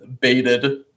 baited